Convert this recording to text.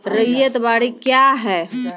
रैयत बाड़ी क्या हैं?